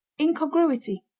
Incongruity